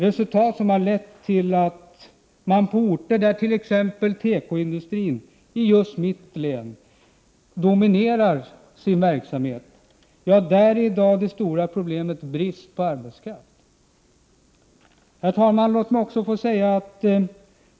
Resultatet av dessa satsningar har lett till att på orter i just mitt hemlän, där tekoindustrin dominerar, är det stora problemet i dag brist på arbetskraft. Herr talman!